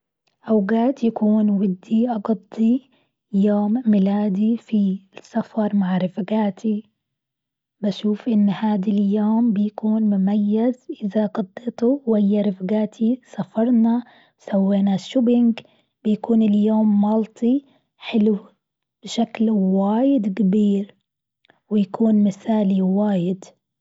أوقات يكون بدي أقضي يوم ميلادي في السفر مع رفقاتي، بشوف إن هاد اليوم بيكون مميز إذا قضيته ويا رفقاتي سفرنا سوينا شوبينج، بيكون اليوم مالتي حلو بشكل لو واجد كبير، ويكون مثالي واجد.